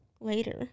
later